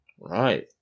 Right